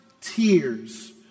tears